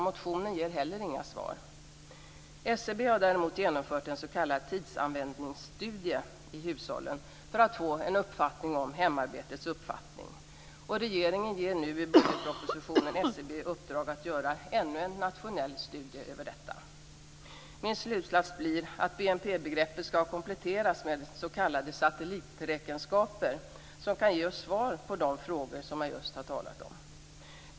Motionen ger inte heller några svar på den frågan. SCB har genomfört en s.k. tidsanvändningsstudie i hushållen för att få en uppfattning om hemarbetets omfattning. Regeringen ger nu i budgetpropositionen SCB i uppdrag att göra ännu en nationell studie över detta. Min slutsats blir att BNP-begreppet skall kompletteras med s.k. satelliträkenskaper som kan ge oss svar på de frågor som jag just har talat om.